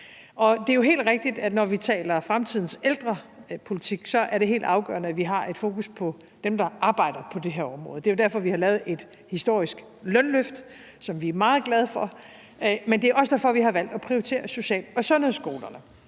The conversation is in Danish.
Og det er jo helt rigtigt, at når vi taler fremtidens ældrepolitik, er det helt afgørende, at vi har et fokus på dem, der arbejder på det her område, og det er jo derfor, vi har lavet et historisk lønløft, som vi er meget glade for, men det er også derfor, vi har valgt at prioritere social- og sundhedsskolerne.